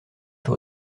fait